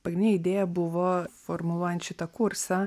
paini idėja buvo formuluojant šitą kursą